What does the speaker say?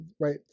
right